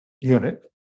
unit